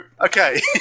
okay